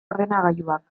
ordenagailuak